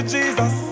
Jesus